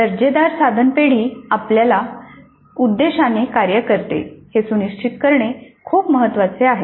दर्जेदार साधन पेढी आपल्या उद्देशाने कार्य करते हे सुनिश्चित करणे खूप महत्वाचे आहे